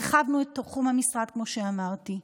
הרחבנו את תחום המשרד, כמו שאמרתי.